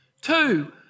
two